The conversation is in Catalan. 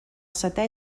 setè